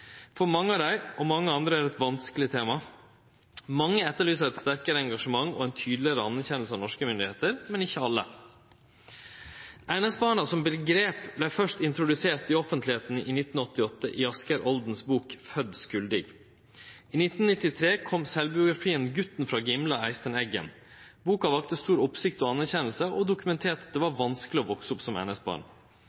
For mange av dei, og for mange andre, er det eit vanskeleg tema. Mange etterlyser eit sterkare engasjement og ei tydelegare anerkjenning frå norske myndigheiter, men ikkje alle. NS-barna som omgrep vart først introdusert i offentlegheita i 1988 i Asgeir Oldens bok «Fødd skuldig». I 1993 kom sjølvbiografien «Gutten fra Gimle» av Eystein Eggen. Boka vekte stor oppsikt og anerkjenning og dokumenterte at det var